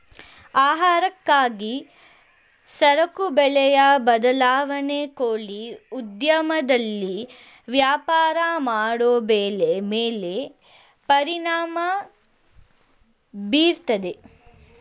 ಆಹಾರಕ್ಕಾಗಿ ಸರಕು ಬೆಲೆಯ ಬದಲಾವಣೆ ಕೋಳಿ ಉದ್ಯಮದಲ್ಲಿ ವ್ಯಾಪಾರ ಮಾಡೋ ಬೆಲೆ ಮೇಲೆ ಪರಿಣಾಮ ಬೀರ್ತದೆ